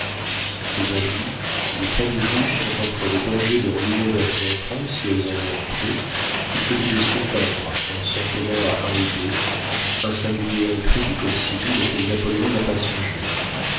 aujourd'hui les familles riches sont entre le danger de ruiner leurs enfants si elles en ont trop ou celui de s'éteindre en s'en tenant à un ou deux un singulier effet du code civil auquel napoléon n'a pas songé